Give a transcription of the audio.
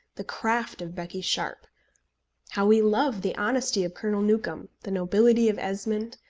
the craft of becky sharpe how we love the honesty of colonel newcombe, the nobility of esmond,